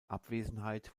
abwesenheit